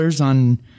on